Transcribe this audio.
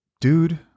dude